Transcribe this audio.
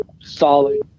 solid